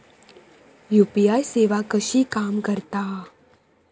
UPI सेवा कशी काम करता?